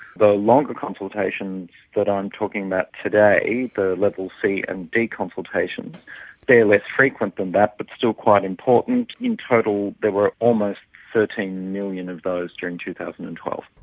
the longer consultations that i'm talking about today the level c and d consultations they're less frequent than that, but still quite important. in total, there were almost thirteen million of those during two thousand and twelve.